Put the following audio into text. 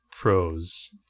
pros